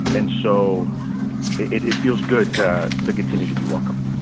and so it it feels good to to continue to be welcomed.